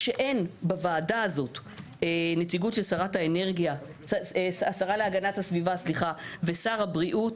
כשאין בוועדה הזאת נציגות של השרה להגנת הסביבה ושל שר הבריאות,